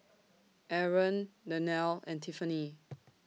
Aron Danielle and Tiffanie